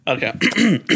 Okay